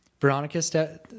veronica